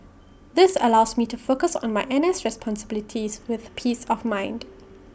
this allows me to focus on my N S responsibilities with peace of mind